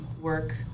work